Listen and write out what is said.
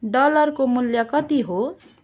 डलरको मूल्य कति हो